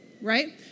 right